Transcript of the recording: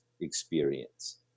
experience